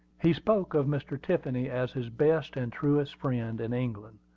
he spoke of mr. tiffany as his best and truest friend in england,